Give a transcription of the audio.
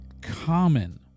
common